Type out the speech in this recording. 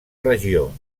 regió